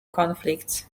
conflicts